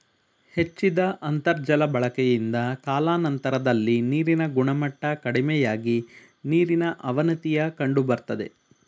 ಹೆಚ್ಚಿದ ಅಂತರ್ಜಾಲ ಬಳಕೆಯಿಂದ ಕಾಲಾನಂತರದಲ್ಲಿ ನೀರಿನ ಗುಣಮಟ್ಟ ಕಡಿಮೆಯಾಗಿ ನೀರಿನ ಅವನತಿಯ ಕಂಡುಬರ್ತದೆ